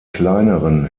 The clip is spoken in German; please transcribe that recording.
kleineren